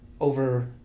over